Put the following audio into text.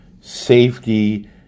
safety